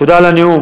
תודה על הנאום.